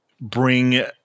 bring